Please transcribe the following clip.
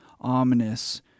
ominous